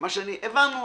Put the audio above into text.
הבנו,